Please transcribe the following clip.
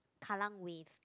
Kallang Wave